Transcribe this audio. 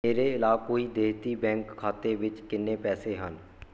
ਮੇਰੇ ਏਲਾਕੁਈ ਦੇਹਤੀ ਬੈਂਕ ਖਾਤੇ ਵਿੱਚ ਕਿੰਨੇ ਪੈਸੇ ਹਨ